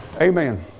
Amen